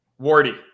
Wardy